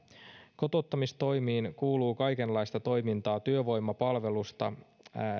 kotouttamistoimiin kuuluu kaikenlaista toimintaa työvoimapalvelusta